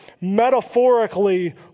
metaphorically